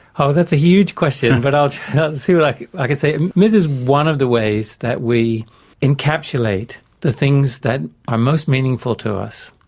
so that's a huge question, but i'll see what like i can say. myth is one of the ways that we encapsulate the things that are most meaningful to us,